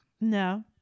No